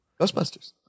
Ghostbusters